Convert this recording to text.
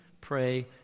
pray